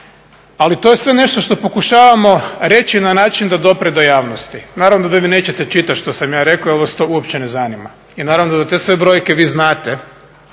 Ali to je sve nešto što pokušavamo reći na način da dopre do javnosti. Naravno da vi nećete čitati što sam ja rekao, jer vas to uopće ne zanima i naravno da te sve brojke vi znate.